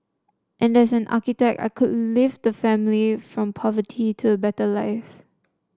and as an architect I could lift the family from poverty to a better life